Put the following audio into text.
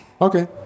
Okay